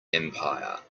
empire